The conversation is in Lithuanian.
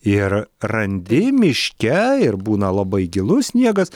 ir randi miške ir būna labai gilus sniegas